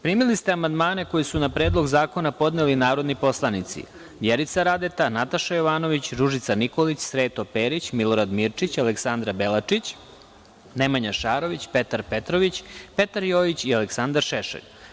Primili ste amandmane koje su na Predlog zakona podneli narodni poslanici: Vjerica Radeta, Nataša Jovanović, Ružica Nikolić, Sreto Perić, Milorad Mirčić, Aleksandra Belačić, Nemanja Šarović, Petar Petrović, Petar Jojić i Aleksandar Šešelj.